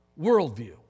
worldview